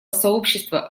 сообщества